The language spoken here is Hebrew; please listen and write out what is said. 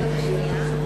שם החוק